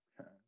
Okay